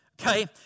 Okay